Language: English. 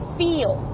feel